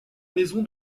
maison